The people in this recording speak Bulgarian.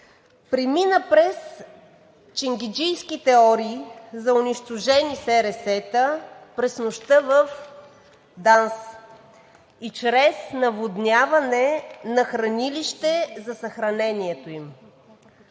премина през ченгеджийски теории за унищожени СРС-та през нощта в ДАНС и чрез наводняване на хранилище за съхранението им.